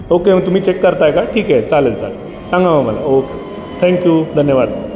okay मग तुम्ही check करत आहे का ठीक आहे चालेल चालेल सांगा मग मला ओके थँक्यू धन्यवाद